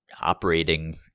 operating